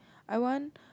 I want